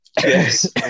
Yes